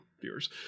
viewers